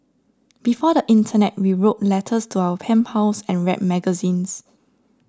before the internet we wrote letters to our pen pals and read magazines